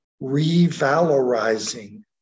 revalorizing